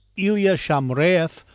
ilia shamraeff,